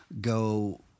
go